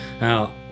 Now